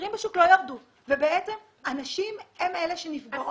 שהמחירים בשוק לא ירדו ובעצם הנשים הן אלה שנפגעות